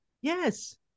Yes